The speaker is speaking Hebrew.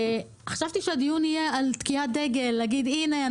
חשבתי שהדיון יהיה על תקיעת דגל הנה,